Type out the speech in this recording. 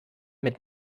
mit